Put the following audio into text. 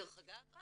דרך אגב,